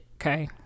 okay